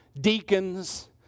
deacons